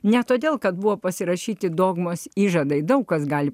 ne todėl kad buvo pasirašyti dogmos įžadai daug kas gali